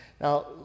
Now